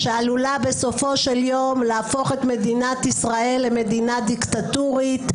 שעלולה בסופו של יום להפוך את מדינת ישראל למדינה דיקטטורית.